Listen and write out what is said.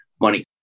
money